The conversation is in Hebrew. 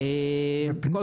וכספים.